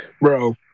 Bro